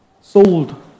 sold